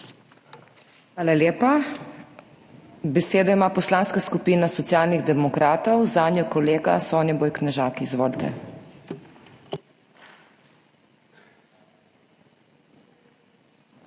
Hvala lepa. Besedo ima Poslanska skupina Socialnih demokratov, zanjo kolega Soniboj Knežak. Izvolite.